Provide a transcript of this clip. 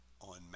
on